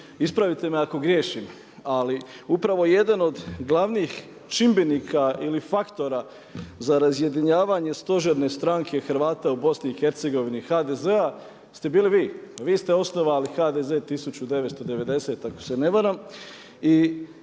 ispravite me ako griješim, ali upravo jedan od glavnih čimbenika ili faktora za razjedinjavanje stožerne stranke Hrvata u BiH HDZ-a ste bili vi. Vi ste osnovali HDZ 1990. ako se ne varam